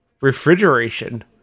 refrigeration